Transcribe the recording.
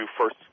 first